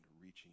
reaching